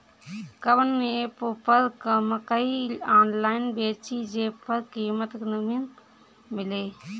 कवन एप पर मकई आनलाइन बेची जे पर कीमत नीमन मिले?